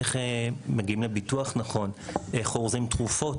איזה ביטוח נכון לעשות ואיך אורזים תרופות.